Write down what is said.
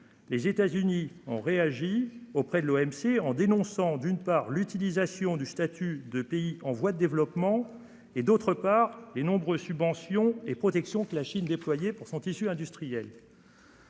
Les États-Unis ont réagi auprès de l'OMC en dénonçant, d'une part, l'utilisation du statut de pays en voie de développement et d'autre part les nombreuses subventions et protection que la Chine déployés pour son tissu industriel.